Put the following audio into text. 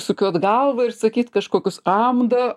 sukiot galvą ir sakyt kažkokius amda